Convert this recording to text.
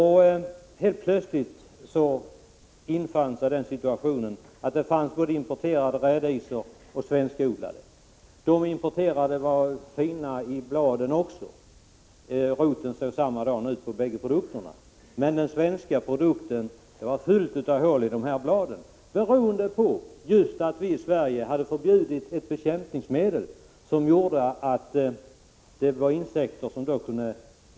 Helt plötsligt infann sig då situationen att det fanns både importerade och svenskodlade rädisor. De importerade var fina i bladen, men hos den svenska produkten fanns det fullt med hål i bladen just beroende på att vi i Sverige förbjudit bekämpningsmedel som gjort att insekterna kunde angripa bladen.